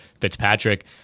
Fitzpatrick